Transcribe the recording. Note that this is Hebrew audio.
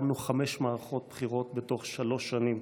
שקיימנו חמש מערכות בחירות בתוך שלוש שנים.